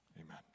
Amen